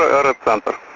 or tamper